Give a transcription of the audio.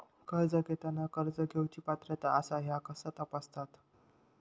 कर्ज घेताना कर्ज घेवची पात्रता आसा काय ह्या कसा तपासतात?